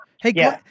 Hey